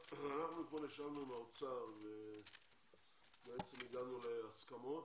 אתמול ישבנו עם האוצר והגענו להסכמות.